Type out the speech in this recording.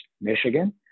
Michigan